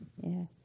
yes